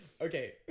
Okay